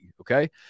Okay